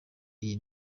iyi